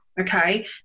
Okay